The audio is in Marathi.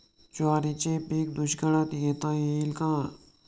ज्वारीचे पीक दुष्काळात घेता येईल का?